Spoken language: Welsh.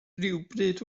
rhywbryd